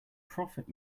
profit